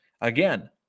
Again